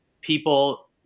people